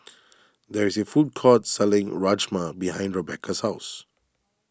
there is a food court selling Rajma behind Rebeca's house